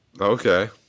Okay